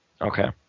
Okay